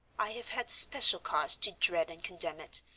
i have had special cause to dread and condemn it,